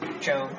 Joe